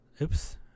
oops